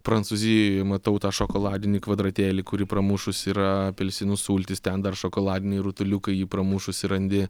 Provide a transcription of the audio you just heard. prancūzijoj matau tą šokoladinį kvadratėlį kurį pramušus yra apelsinų sultys ten dar šokoladiniai rutuliukai jį pramušusi randi